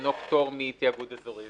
שעניינו פטור מתיאגוד אזורי.